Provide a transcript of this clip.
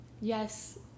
Yes